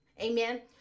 Amen